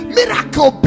Miracle